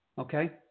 Okay